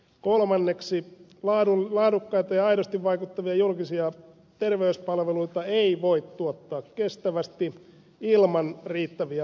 kolmanneksi laadukkaita ja aidosti vaikuttavia julkisia terveyspalveluita ei voi tuottaa kestävästi ilman riittäviä voimavaroja